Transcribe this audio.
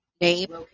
name